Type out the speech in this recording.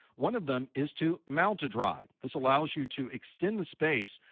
one of them is to mount a drive. this allows you to extend the space.